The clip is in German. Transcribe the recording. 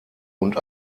und